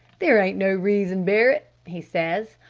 there ain't no reason, barret', he says,